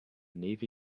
navy